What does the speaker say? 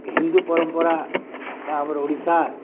ହିନ୍ଦୁ ପରମ୍ପରା ବା ଆମର ଓଡ଼ିଶା